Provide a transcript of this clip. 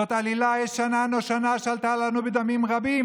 זאת עלילה ישנה-נושנה, שעלתה לנו בדמים רבים,